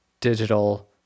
digital